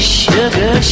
sugar